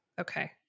Okay